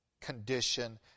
condition